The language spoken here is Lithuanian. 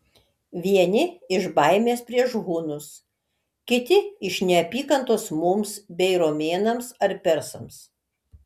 vieni iš baimės prieš hunus kiti iš neapykantos mums bei romėnams ar persams